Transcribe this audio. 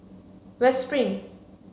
West Spring